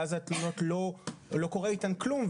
ואז לא קורה עם התלונות כלום.